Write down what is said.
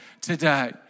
today